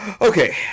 Okay